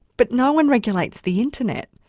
but no one regulates the internet,